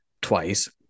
twice